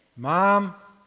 mom,